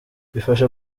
bifasha